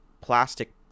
plastic